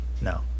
No